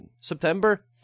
September